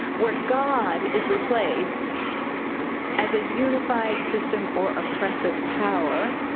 where god is replaced as a unified system or oppressive power.